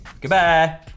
Goodbye